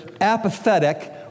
apathetic